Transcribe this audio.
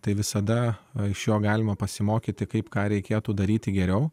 tai visada o iš jo galima pasimokyti kaip ką reikėtų daryti geriau